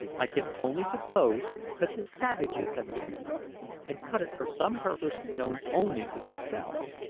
i can only suppose that the savages have been here and cut it for some purpose known only to themselves.